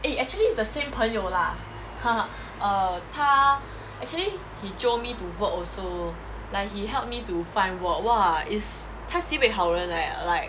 eh actually the same 朋友 lah err 他 actually he jio me to work also like he helped me to find work !wah! it's 他 sibeh 好人 eh like